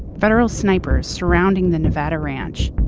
federal snipers surrounding the nevada ranch.